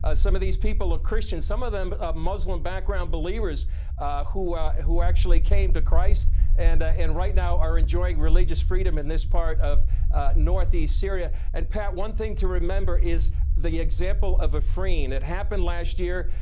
ah some of these people are christian, some of them muslim background believers who who actually came to christ and and right now are enjoying religious freedom in this part of northeast syria. and one thing to remember is the example of a freeing. it happened last year.